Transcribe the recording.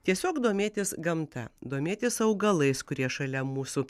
tiesiog domėtis gamta domėtis augalais kurie šalia mūsų